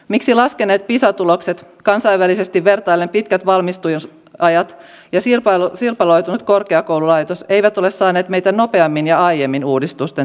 miksi laskeneet pisa tulokset kansainvälisesti vertaillen pitkät valmistumisajat ja sirpaloitunut korkeakoululaitos eivät ole saaneet meitä nopeammin ja aiemmin uudistusten tielle